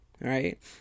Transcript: Right